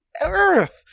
Earth